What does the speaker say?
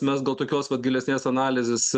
mes gal tokios vat gilesnės analizės